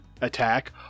attack